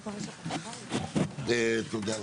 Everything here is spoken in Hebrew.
הישיבה ננעלה בשעה 10:33.